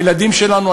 הילדים שלנו,